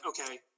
okay